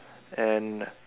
and